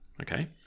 okay